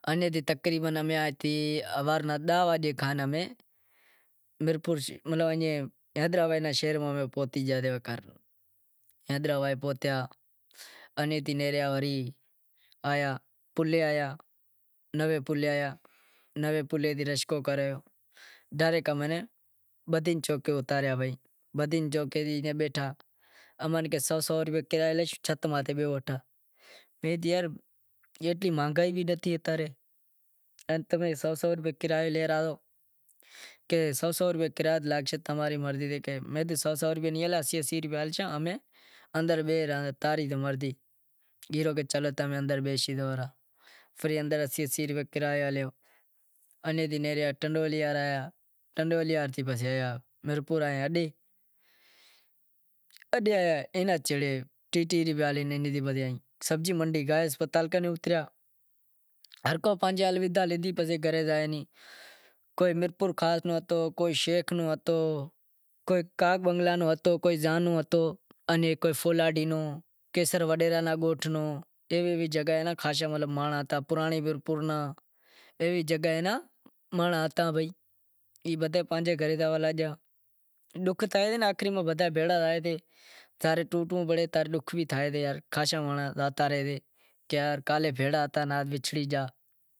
بس ماں سڑے گیا امیں خانپور، خانپورمیں موٹی باغ سے سیٹھ حسیں نی باغ سے، انی تو انیں زاتا امیں، تو امیں رات نا پوہتیا ہتا تقریبن داہ ہاڑہا داہ نو ٹیم تھئے گیو ہوے روٹلو بھی ناں کھادہو امیں، پسے دیر تھئے گئی امیں، ہوٹلے گیا روٹلو کھادہو امیں، روٹلو کھئی امیں تو زا سر زمینے پوہتیا پسے زم تم کرے امیں ٹھاڈ میں رات کاٹی رات کاٹی تو کہے ہوارے ہلو باغ ماہ ایئاں تھے گیا امیں مالٹا نی باغ میں تو کہے ہوے تمارو کام سے گڈ کاڈہاں رو، ایئں تقریبن بارہے بجے روٹلو آویو، روٹلو کھئی پی ورے ایئں کام اسٹارٹ تھیو ،گڈ کاڈھے لاشی ہوے پانڑی لگائو، تو وڑے کوڈاڑ ہالیا، وری نالا کھولیا، نالا کھولے وڑی پانڑی ہالیو، رات نیں تیم میں شوٹی کرے بدہا روٹلا بوٹلا کھادہا کھئی تقریبن بارہے وگے بدہا ئی ہوئی گیا وڑے ہوارے امیں تقریبن چھ وگے اٹھاڑیا، چھ وگے امیں اٹھاڑیا کہ اٹھو ہوے چانہیں ناشتو کرے ناکھو ہوے